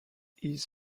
his